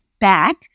back